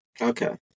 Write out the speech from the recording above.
Okay